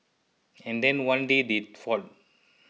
and then one day they fought